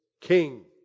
King